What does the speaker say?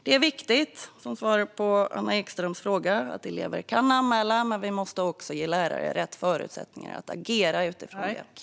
Det är viktigt, för att svara på Anna Ekströms fråga, att elever kan anmäla. Men vi måste också ge lärare rätt förutsättningar att agera utifrån det.